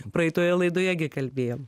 praeitoje laidoje gi kalbėjom